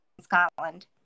Scotland